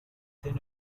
then